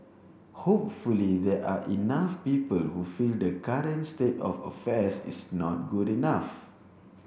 hopefully there are enough people who feel the current state of affairs is not good enough